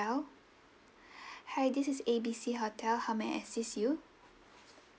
hotel hi this is A B C hotel how may I assist you